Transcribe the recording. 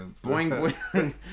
Boing-boing